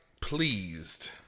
pleased